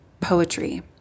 poetry